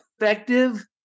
effective